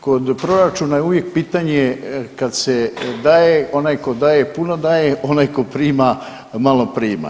Kod proračuna je uvijek pitanje kad se daje, onaj tko daje puno daje, onaj tko prima malo prima.